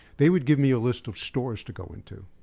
they would give me a list of stores to go into,